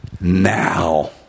now